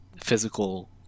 physical